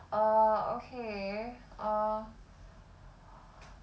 uh okay uh